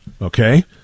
Okay